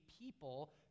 people